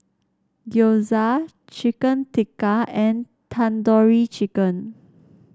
Gyoza Chicken Tikka and Tandoori Chicken